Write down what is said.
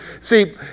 See